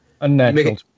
unnatural